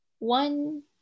One